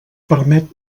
permet